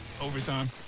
overtime